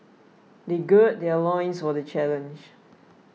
they gird their loins for the challenge